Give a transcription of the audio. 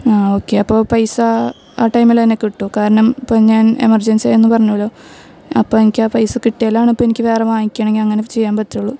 ആ ഓക്കെ അപ്പോൾ പൈസാ ആ ടൈമില് തന്നെ കിട്ടുവോ കാരണം ഇപ്പം ഞാൻ എമർജൻസി ആണെന്ന് പറഞ്ഞല്ലോ അപ്പം എനിക്കാ പൈസ കിട്ടിയാലാണ് ഇപ്പം എനിക്ക് വേറെ വാങ്ങിക്കണമെങ്കിൽ അങ്ങനെ ചെയ്യാൻ പറ്റുവുള്ളു